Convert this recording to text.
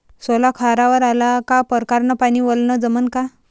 सोला खारावर आला का परकारं न पानी वलनं जमन का?